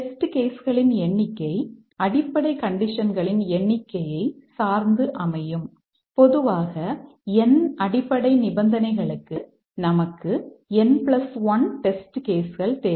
test case கள் தேவை